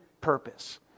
purpose